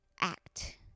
act